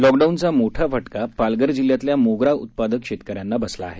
लॉकडाऊनचा मोठा फटका पालघर जिल्ह्यातल्या मोगरा उत्पादक शेतकऱ्यांना बसला आहे